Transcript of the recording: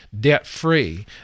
debt-free